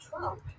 Trump